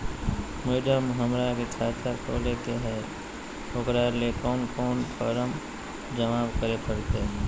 Madam, हमरा के खाता खोले के है उकरा ले कौन कौन फारम जमा करे परते?